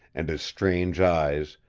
and his strange eyes,